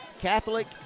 Catholic